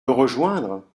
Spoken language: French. rejoindre